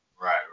Right